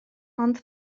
ond